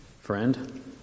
Friend